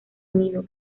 nido